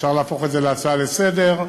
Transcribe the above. אפשר להפוך את זה להצעה לסדר-היום,